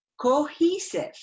Cohesive